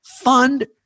fund